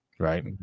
Right